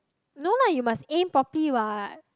no lah you must aim properly what